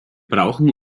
brauchen